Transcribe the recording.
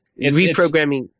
reprogramming